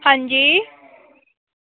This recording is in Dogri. हां जी